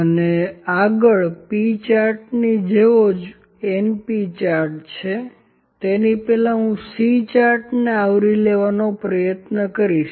તેથી આગળ P ચાર્ટ્સની સમાન np ચાર્ટ્સ છે તેની પહેલાં હું C ચાર્ટ્સને આવરી લેવાનો પ્રયત્ન કરીશ